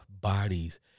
bodies